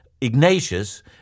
Ignatius